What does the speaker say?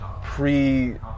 pre